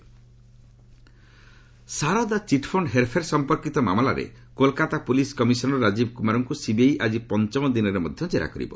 CBI Rajiv Saradha chit fund ହେର୍ଫେର୍ ସମ୍ପର୍କିତ ମାମଲାରେ କୋଲ୍କାତା ପୁଲିସ୍ କମିଶନର୍ ରାଜୀବ କୁମାରଙ୍କୁ ସିବିଆଇ ଆଜି ପଞ୍ଚମ ଦିନରେ ମଧ୍ୟ ଜେରା କରିବ